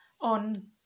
on